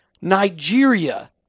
Nigeria